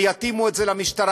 ויתאימו את זה למשטרה.